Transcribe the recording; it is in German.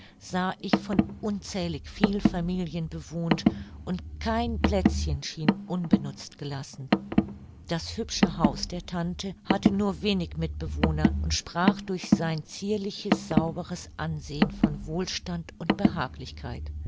sah ich von unzählig viel familien bewohnt und kein plätzchen schien unbenutzt gelassen das hübsche haus der tante hatte nur wenig mitbewohner und sprach durch sein zierliches sauberes ansehn von wohlstand und behaglichkeit